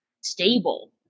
stable